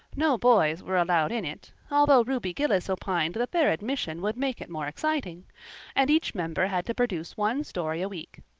no boys were allowed in it although ruby gillis opined that their admission would make it more exciting and each member had to produce one story a week.